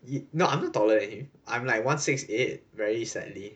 no I'm not taller than him I'm like one six eight very sadly